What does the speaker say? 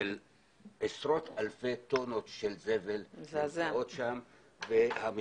של עשרות אלפי טונות של זבל ששוכבים שם והמשטרה